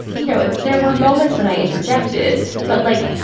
you know, there were moments when i interjected but like,